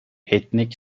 etnik